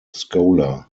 scholar